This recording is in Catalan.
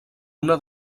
una